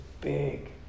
big